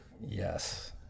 Yes